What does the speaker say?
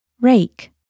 Rake